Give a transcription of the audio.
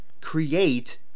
create